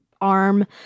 arm